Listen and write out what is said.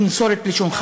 אתה ת"פ של הרשות.